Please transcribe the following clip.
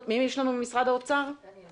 דניאל